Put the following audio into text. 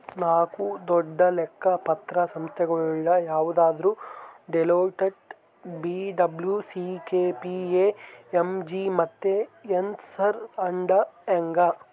ನಾಕು ದೊಡ್ಡ ಲೆಕ್ಕ ಪತ್ರ ಸಂಸ್ಥೆಗುಳು ಯಾವಂದ್ರ ಡೆಲೋಯ್ಟ್, ಪಿ.ಡಬ್ಲೂ.ಸಿ.ಕೆ.ಪಿ.ಎಮ್.ಜಿ ಮತ್ತೆ ಎರ್ನ್ಸ್ ಅಂಡ್ ಯಂಗ್